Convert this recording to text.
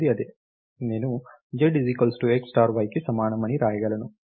నేను z x star yకి సమానం అని వ్రాయగలను